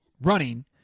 running